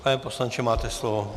Pane poslanče, máte slovo.